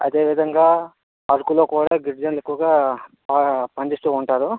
అదే విధంగా అరకులో కూడా గిరిజనులు ఎక్కవగా పనిచేస్తూ ఉంటారు